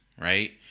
right